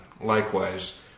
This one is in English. likewise